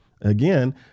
Again